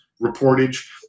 reportage